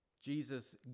Jesus